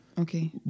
Okay